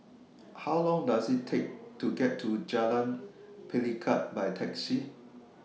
How Long Does IT Take to get to Jalan Pelikat By Taxi